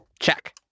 Check